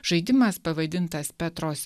žaidimas pavadintas petros